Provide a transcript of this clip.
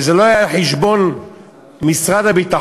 וזה לא היה על חשבון משרד הביטחון,